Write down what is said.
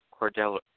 Cordell